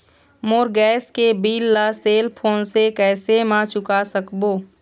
मोर gas के bill ला cell phone से कैसे म चुका सकबो?